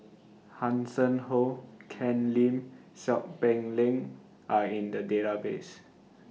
Hanson Ho Ken Lim Seow Peck Leng Are in The Database